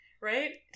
right